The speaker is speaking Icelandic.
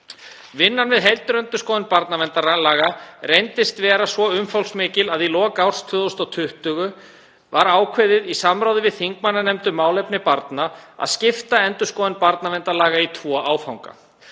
Vinnan við heildarendurskoðun barnaverndarlaga reyndist vera svo umfangsmikil að í lok árs 2020 var ákveðið í samráði við þingmannanefnd um málefni barna að skipta endurskoðun barnaverndarlaga í tvo áfanga.